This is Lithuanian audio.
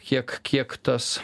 kiek kiek tas